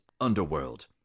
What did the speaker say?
Underworld